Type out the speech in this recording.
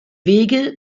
wege